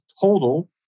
total